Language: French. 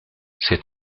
c’est